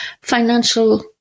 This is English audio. Financial